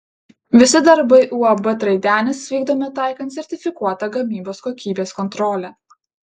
visi darbai uab traidenis vykdomi taikant sertifikuotą gamybos kokybės kontrolę